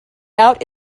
out